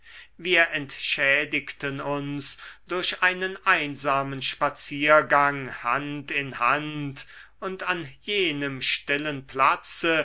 wir entschädigten uns durch einen einsamen spaziergang hand in hand und an jenem stillen platze